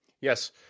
Yes